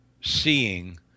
seeing